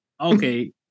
Okay